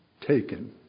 taken